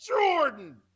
Jordan